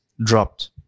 dropped